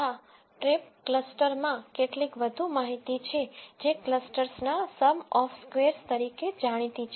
આ ટ્રિપ ક્લસ્ટરમાં કેટલીક વધુ માહિતી છે જે ક્લસ્ટર્સના સમ ઓફ સ્કેવરસ તરીકે જાણીતી છે